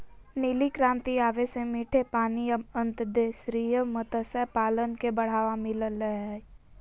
नीली क्रांति आवे से मीठे पानी या अंतर्देशीय मत्स्य पालन के बढ़ावा मिल लय हय